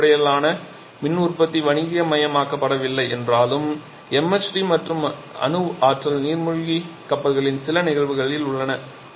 MHD அடிப்படையிலான மின் உற்பத்தி வணிகமயமாக்கப்படவில்லை என்றாலும் MHD மற்றும் அணு ஆற்றல் நீர்மூழ்கிக் கப்பல்களின் சில நிகழ்வுகள் உள்ளன